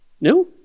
No